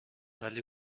ولی